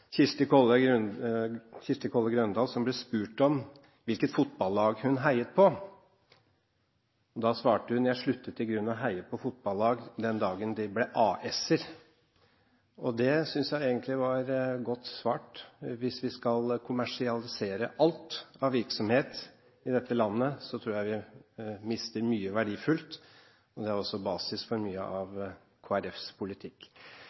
Kirsti Kolle Grøndahl, som ble spurt om hvilket fotballag hun heiet på. Da svarte hun: Jeg sluttet i grunnen å heie på fotballag den dagen de ble AS-er. Det synes jeg egentlig var godt svart. Hvis vi skal kommersialisere alt av virksomhet i dette landet, tror jeg vi mister mye verdifullt, og det er også basis for mye av Kristelig Folkepartis politikk.